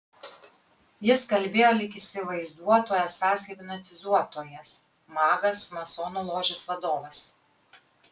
jis kalbėjo lyg įsivaizduotų esąs hipnotizuotojas magas masonų ložės vadovas